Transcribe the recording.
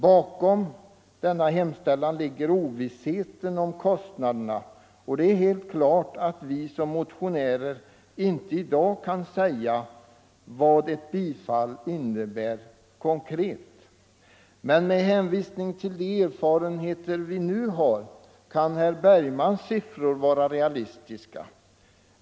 Bakom denna hemställan ligger ovissheten om kostnaderna, och det är helt klart att vi som motionärer inte i dag kan säga vad ett bifall innebär konkret. Men enligt de erfarenheter som nu finns kan herr Bergmans siffror vara realistiska.